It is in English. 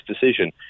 decision